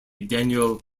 daniel